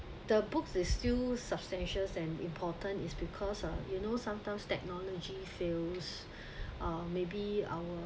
the books is still substantial and important is because uh you know sometimes technology fails uh maybe our